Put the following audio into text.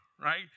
right